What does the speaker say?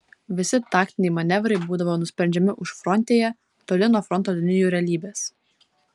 visi taktiniai manevrai būdavo nusprendžiami užfrontėje toli nuo fronto linijų realybės